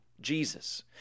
Jesus